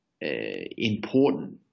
important